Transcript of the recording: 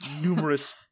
numerous